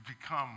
become